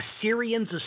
Assyrians